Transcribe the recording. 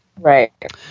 Right